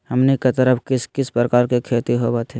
हमनी के तरफ किस किस प्रकार के खेती होवत है?